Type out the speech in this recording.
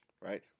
Right